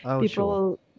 People